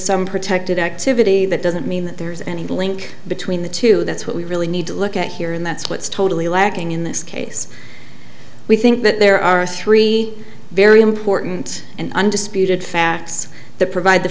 some protected activity that doesn't mean that there is any link between the two that's what we really need to look at here and that's what's totally lacking in this case we think that there are three very important and undisputed facts that provide the